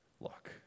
Look